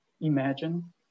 imagine